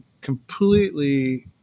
completely